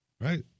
right